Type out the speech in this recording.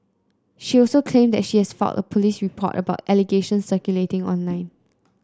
she also claimed that she has filed a police report about the allegations circulating online